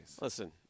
Listen